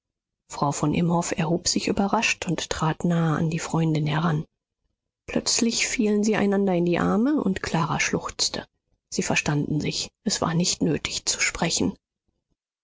frau von imhoff erhob sich überrascht und trat nahe an die freundin heran plötzlich fielen sie einander in die arme und clara schluchzte sie verstanden sich es war nicht nötig zu sprechen